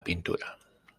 pintura